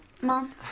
Mom